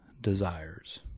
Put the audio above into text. desires